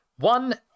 One